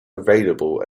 available